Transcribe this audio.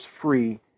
free